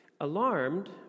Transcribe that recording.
Alarmed